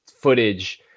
footage